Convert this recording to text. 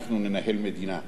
אנחנו ננהל מדינה,